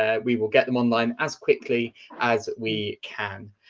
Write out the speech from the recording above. ah we will get them online as quickly as we can.